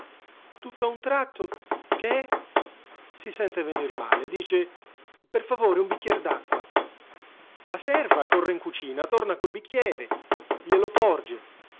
tutto a un tratto che è si sente venir male dice per favore un bicchier d'acqua la serva corre in cucina torna col bicchiere glielo porge